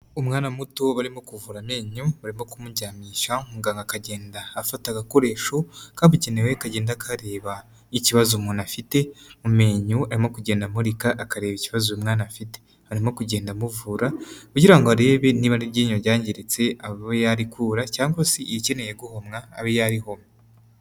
Umwana muto barimo kuvura amenyo, barimo kumujyamisha, muganga akagenda afata agakoresho kabugenewe kagenda kareba ikibazo umuntu afite mu menyo, arimo kugenda amurika akareba ikibazo uyu umwana afite, arimo kugenda amuvura kugirango arebe niba ari iryinyo ryangiritse abe yarikura cyangwa se irikeneye guhomwa abe yarihoma.